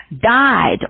died